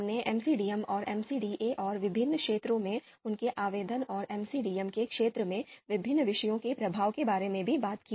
हमने एमसीडीएम और एमसीडीए और विभिन्न क्षेत्रों में उनके आवेदन और एमसीडीएम के क्षेत्र में विभिन्न विषयों के प्रभाव के बारे में भी बात की